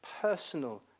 personal